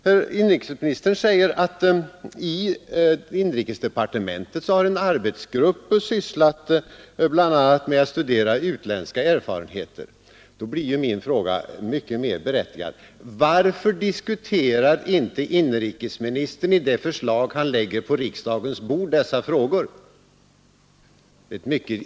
Herr inrikesministern säger att i inrikesdepartementet har en arbetsgrupp bl.a. sysslat med att studera utländska erfarenheter. Då man vet det, blir min fråga mycket mer berättigad: Varför tar inrikesministern inte upp detta i det förslag han lägger på riksdagens bord?